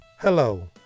Hello